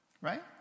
right